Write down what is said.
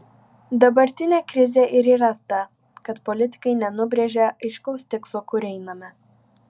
dabartinė krizė ir yra ta kad politikai nenubrėžia aiškaus tikslo kur einame